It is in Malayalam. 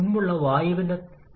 അതിനാൽ അവിടെ നിന്ന് 614